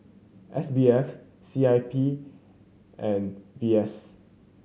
S B F C I P and V S